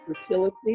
fertility